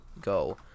go